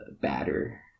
batter